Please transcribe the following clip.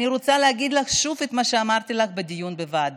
אני רוצה להגיד לך שוב את מה שאמרתי לך בדיון בוועדה: